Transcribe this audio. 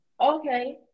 Okay